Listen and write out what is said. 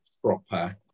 proper